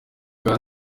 kandi